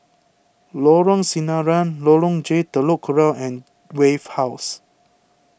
Lorong Sinaran Lorong J Telok Kurau and Wave House